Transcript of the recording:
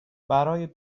برای